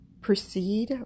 proceed